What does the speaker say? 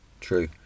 true